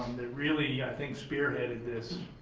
they really, i think, spearheaded this,